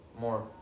More